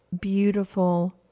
beautiful